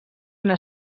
una